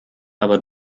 aber